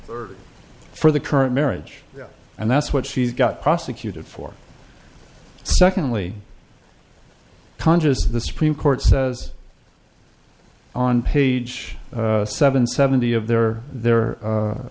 one for the current marriage and that's what she's got prosecuted for secondly congress of the supreme court says on page seven seventy of their their